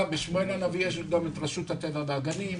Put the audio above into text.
בשמואל הנביא יש גם את רשות הטבע והגנים,